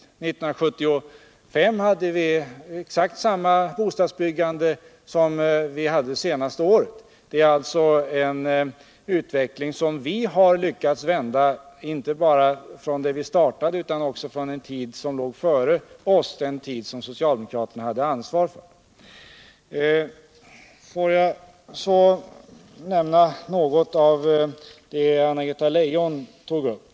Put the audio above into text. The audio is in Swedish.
Under 1975 var bostadsbyggandet exakt lika stort som under det senaste året. Vi har alltså lyckats vända utvecklingen, inte bara jämfört med den tidpunkt då vi började regeringsarbetet utan också jämfört med den tid som låg före oss och som socialdemokraterna hade ansvaret för. Får jag så beröra något av det som Anna-Greta Leijon tog upp.